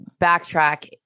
backtrack